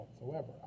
whatsoever